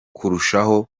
kurushaho